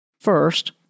First